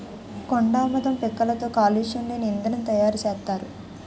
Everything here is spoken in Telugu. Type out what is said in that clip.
కొండాముదం పిక్కలతో కాలుష్యం లేని ఇంధనం తయారు సేత్తారు